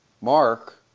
Mark